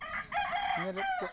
ᱨᱮ ᱪᱮᱫ